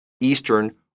Eastern